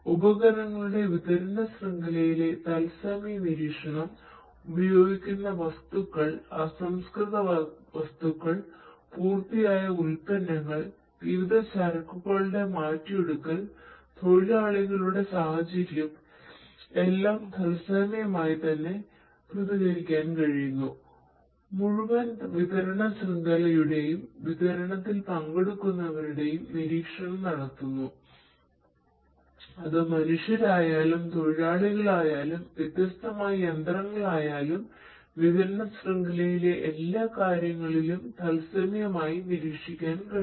ഉപകരണങ്ങളുടെ വിതരണ ശൃംഖലയിലെ തത്സമയ നിരീക്ഷണം ഉപയോഗിക്കുന്ന വസ്തുക്കൾ അസംസ്കൃത വസ്തുക്കൾ പൂർത്തിയായ ഉൽപ്പന്നങ്ങൾ വിവിധ ചരക്കുകളുടെ മാറ്റിയെടുക്കൽ തൊഴിലാളികളുടെ സാഹചര്യം എല്ലാം തത്സമയം ആയി തന്നെ പ്രതികരിക്കാൻ കഴിയുന്നു മുഴുവൻ വിതരണ ശൃംഖലയുടെയും വിതരണത്തിൽ പങ്കെടുക്കുന്നവരുടെയും നിരീക്ഷണം നടക്കുന്നു അത് മനുഷ്യരായാലും തൊഴിലാളികളായാലും വ്യത്യസ്തമായ യന്ത്രങ്ങളായാലും വിതരണ ശൃംഖലയിലെ എല്ലാ കാര്യങ്ങളിലും തത്സമയം ആയി നിരീക്ഷിക്കാൻ കഴിയും